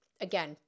Again